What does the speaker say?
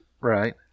Right